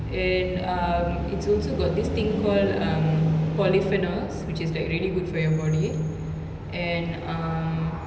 and um it's also got this thing called uh polyphenols which is like really good for your body and um